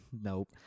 Nope